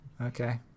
okay